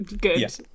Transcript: good